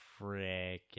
freaking